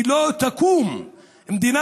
כי לא תקום מדינה